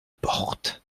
porte